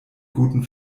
guten